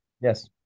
yes